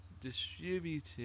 distributed